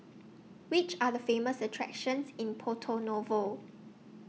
Which Are The Famous attractions in Porto Novo